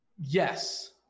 yes